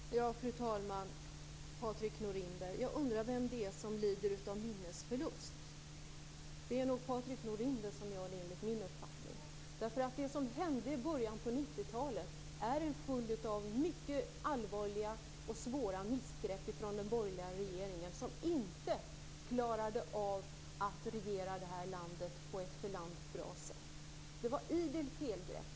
Fru talman! Jag undrar vem det är som lider av minnesförlust. Det är nog Patrik Norinder, enligt min uppfattning. Det som hände i början på 90-talet var en följd av mycket allvarliga och svåra missgrepp från den borgerliga regeringen, som inte klarade av att regera det här landet på ett för landet bra sätt. Det var idel felgrepp.